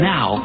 Now